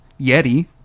Yeti